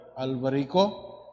Alvarico